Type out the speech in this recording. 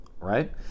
right